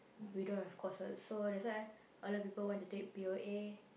we don't have courses so that why all the people want to take P_O_A